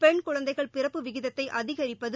பெண் குழந்தைகள் பிறப்பு விகிதத்தை அதிகரிப்பது